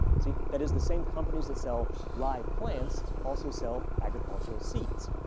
see? that is, the same companies that sell live plants also sell agricultural seeds.